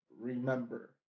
Remember